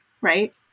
Right